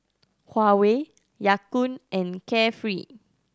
Huawei Ya Kun and Carefree